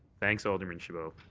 thanks, alderman chabot.